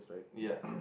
ya